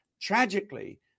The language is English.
tragically